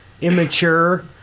immature